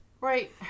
Right